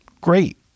Great